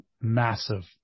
massive